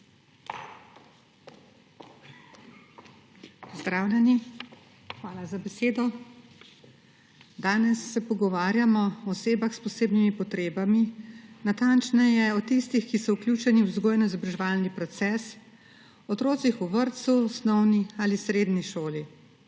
Pozdravljeni! Hvala za besedo. Danes se pogovarjamo o osebah s posebnimi potrebami, natančneje, o tistih, ki so vključeni v vzgojno-izobraževalni proces, o otrocih v vrtcu, osnovni ali srednji šoli.